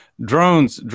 drones